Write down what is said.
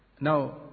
Now